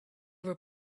were